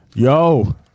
Yo